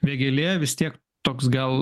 vėgėlė vis tiek toks gal